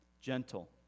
gentle